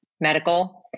medical